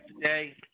today